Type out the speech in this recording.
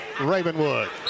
Ravenwood